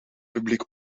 publiek